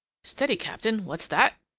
steady, captain. what's that?